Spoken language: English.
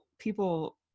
people